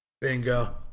Bingo